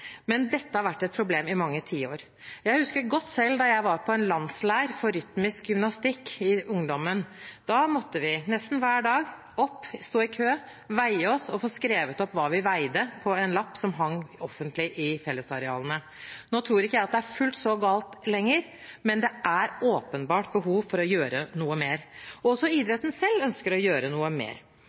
Men dette har vært et problem i mange tiår. Jeg husker godt selv da jeg var på en landsleir for rytmisk gymnastikk i ungdommen. Da måtte vi, nesten hver dag, opp og stå i kø, veie oss og få skrevet opp hva vi veide, på en lapp som hang offentlig i fellesarealene. Nå tror jeg ikke det er fullt så galt lenger, men det er åpenbart behov for å gjøre noe mer. Også idretten selv ønsker å gjøre noe mer.